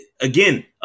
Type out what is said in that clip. again